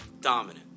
Dominant